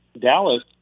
Dallas